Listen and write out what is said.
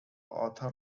author